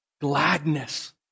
Gladness